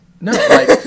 No